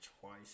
twice